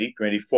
2024